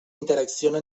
interacciona